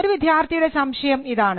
ഒരു വിദ്യാർഥിയുടെ സംശയം ഇതാണ്